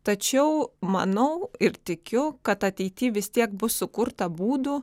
tačiau manau ir tikiu kad ateity vis tiek bus sukurta būdų